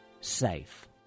safe